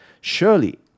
Surely